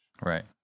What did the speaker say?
Right